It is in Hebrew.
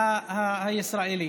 הישראלי,